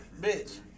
Bitch